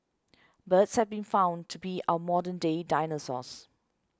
birds have been found to be our modern day dinosaurs